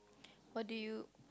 what do you